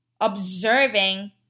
observing